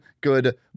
good